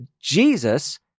Jesus